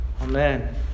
Amen